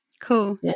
cool